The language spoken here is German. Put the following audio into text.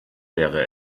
wäre